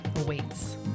awaits